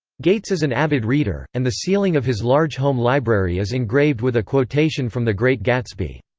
gates is an avid reader, and the ceiling of his large home library is engraved with a quotation from the great gatsby.